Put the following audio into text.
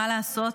מה לעשות,